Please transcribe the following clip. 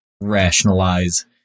rationalize